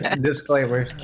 Disclaimer